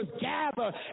gather